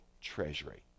treasury